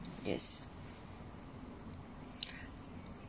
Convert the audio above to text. yes